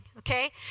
okay